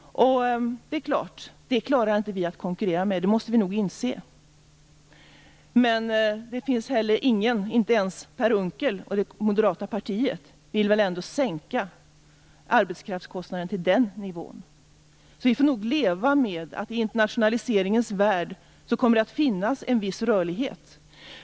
Det är klart: det klarar vi inte att konkurrera med. Det måste vi nog inse. Men det finns heller ingen - inte ens Per Unckel och det moderata partiet - som vill sänka arbetskraftskostnaden till den nivån. Vi får nog leva med att det i internationaliseringens värld kommer att finnas en viss rörlighet.